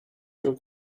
your